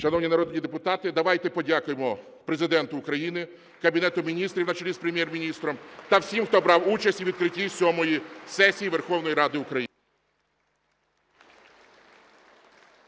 Шановні народні депутати, давайте подякуємо Президенту України, Кабінету Міністрів на чолі з Прем’єр-міністром та всім, хто брав участь у відкритті сьомої сесії Верховної Ради України.